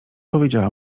powiedziała